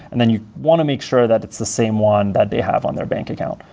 and then you want to make sure that it's the same one that they have on their bank account,